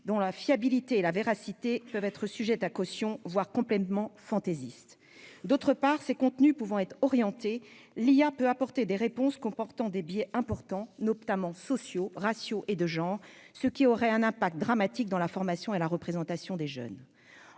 dont la fiabilité et la véracité peuvent être sujettes à caution, voire complètement fantaisistes. Ensuite, ces contenus pouvant être orientés, l'IA peut apporter des réponses comportant des biais importants, notamment sociaux, raciaux et de genre, ce qui peut avoir des conséquences dramatiques dans la formation des élèves et dans leurs